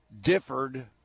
differed